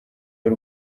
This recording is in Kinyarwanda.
w’u